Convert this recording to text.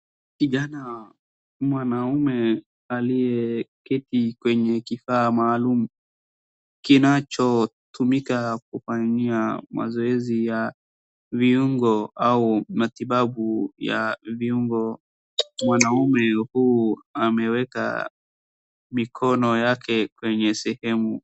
Kijana mwanaume aliyeketi kwenye kifaa maalum kinachotumika kufanyia mazoezi ya viungo au matibabu ya viungo, mwanaume huu ameweka mikono yake kwenye sehemu.